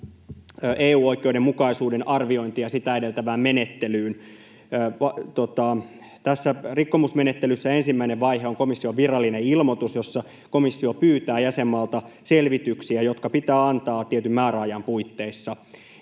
EU-oikeuden mukaisuuden arviointiin ja sitä edeltävään menettelyyn. Tässä rikkomusmenettelyssä ensimmäinen vaihe on komission virallinen ilmoitus, jossa komissio pyytää jäsenmaalta selvityksiä, jotka pitää antaa tietyn määräajan puitteissa.